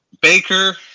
Baker